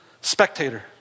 spectator